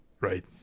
right